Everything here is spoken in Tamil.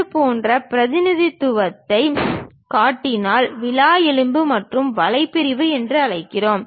இதுபோன்ற பிரதிநிதித்துவத்தைக் காட்டினால் விலா எலும்பு மற்றும் வலைப் பிரிவு என்று அழைக்கிறோம்